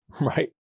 right